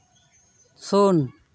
ᱥᱩᱱ